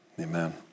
Amen